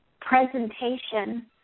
presentation